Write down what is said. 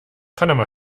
panama